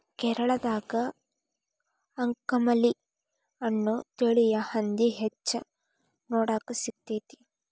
ಕೇರಳದಾಗ ಅಂಕಮಲಿ ಅನ್ನೋ ತಳಿಯ ಹಂದಿ ಹೆಚ್ಚ ನೋಡಾಕ ಸಿಗ್ತೇತಿ